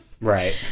right